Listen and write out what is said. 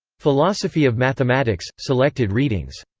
philosophy of mathematics selected readings.